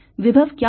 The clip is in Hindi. विभव क्या होगा